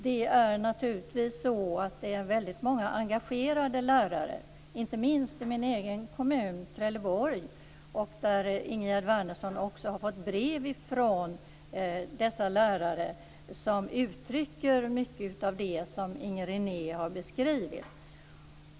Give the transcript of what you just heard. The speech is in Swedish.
Det finns många engagerade lärare, inte minst i min egen kommun Trelleborg. Ingegerd Wärnersson har också fått brev från dessa lärare, som uttrycker mycket av det som Inger René har beskrivit.